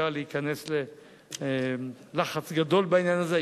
הצדקה להיכנס ללחץ גדול בעניין הזה.